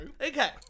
Okay